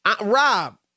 Rob